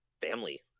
family